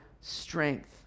strength